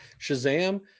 Shazam